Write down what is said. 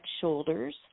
shoulders